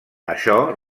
això